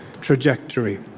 trajectory